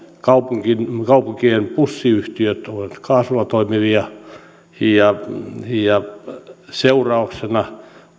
kaupunkiin kaupunkien bussit ovat kaasulla toimivia sen seurauksena